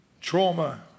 trauma